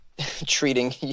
treating